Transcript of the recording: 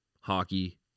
hockey